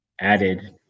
added